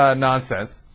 ah nonsense